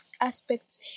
aspects